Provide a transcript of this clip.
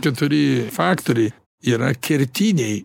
keturi faktoriai yra kertiniai